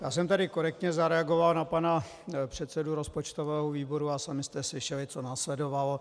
Já jsem tady korektně zareagoval na pana předsedu rozpočtového výboru a sami jste slyšeli, co následovalo.